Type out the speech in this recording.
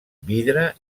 vidre